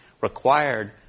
required